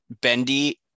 Bendy